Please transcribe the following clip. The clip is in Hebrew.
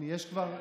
אדוני היושב-ראש,